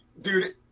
Dude